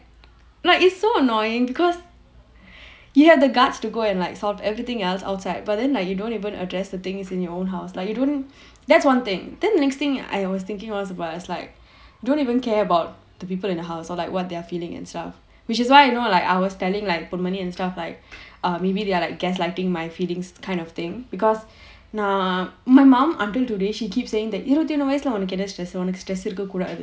like is so annoying because you have the guts to go and like solve everything else outside but then like you don't even address the things in your own house like you don't that's one thing then the next thing I was thinking was about like don't even care about the people in the house or like what they are feeling and stuff which is why you know like I was telling like and stuff like or maybe they are like gaslighting my feelings kind of thing because now my mum until today she keep saying இருபத்தி ஒண்ணு வயசுல உனக்கு என்ன:irupathi onnu vayasula uankku enna stress உனக்கு:unakku stress இருக்க கூடாது:irukka koodaathu